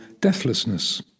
deathlessness